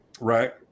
right